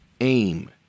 aim